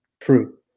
true